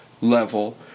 level